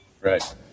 Right